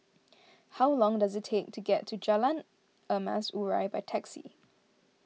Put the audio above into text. how long does it take to get to Jalan Emas Urai by taxi